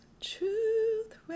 truth